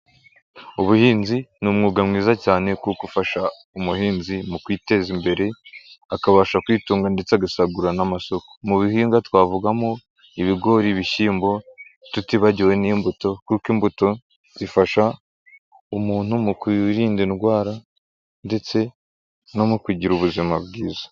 Ubuhinzi ni umwuga mwiza cyane kuko ufasha umuhinzi mu kwiteza imbere, akabasha kwitunga ndetse agasagurana amasoko. Mu bihinga twavugamo ibigori, ibishyimbo, tutibagiwe n'imbuto kuko imbuto zifasha umuntu mu kwirinda indwara ndetse no mu kugira ubuzima bwiza.